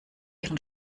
ihren